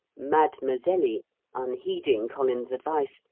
madmazelly, unheeding collins's advice,